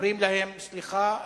אומרים להם: סליחה.